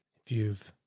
if you've.